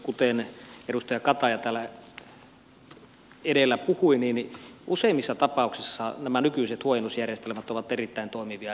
kuten edustaja kataja täällä edellä puhui useimmissa tapauksissa nämä nykyiset huojennusjärjestelmät ovat erittäin toimivia